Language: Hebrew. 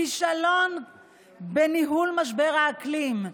כישלון בניהול משבר האקלים,